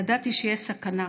ידעתי שיש סכנה,